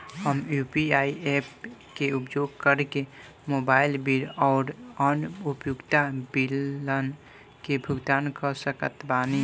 हम UPI apps के उपयोग करके मोबाइल बिल आउर अन्य उपयोगिता बिलन के भुगतान कर सकत बानी